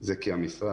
זה כי המשרד,